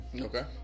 Okay